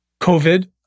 COVID